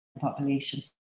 population